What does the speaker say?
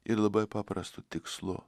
ir labai paprastu tikslu